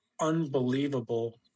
unbelievable